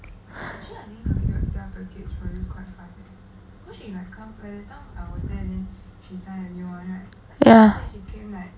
ya